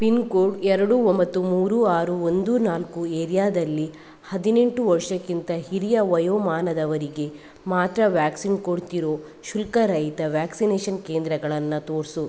pin code ಎರಡು ಒಂಬತ್ತು ಮೂರು ಆರು ಒಂದು ನಾಲ್ಕು ಏರಿಯಾದಲ್ಲಿ ಹದಿನೆಂಟು ವರ್ಷಕ್ಕಿಂತ ಹಿರಿಯ ವಯೋಮಾನದವರಿಗೆ ಮಾತ್ರ ವ್ಯಾಕ್ಸಿನ್ ಕೊಡ್ತಿರೋ ಶುಲ್ಕರಹಿತ ವ್ಯಾಕ್ಸಿನೇಷನ್ ಕೇಂದ್ರಗಳನ್ನ ತೋರಿಸು